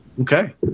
Okay